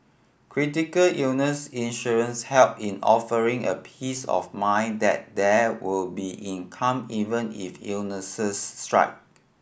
critical illness insurance helps in offering a peace of mind that there will be income even if illnesses strike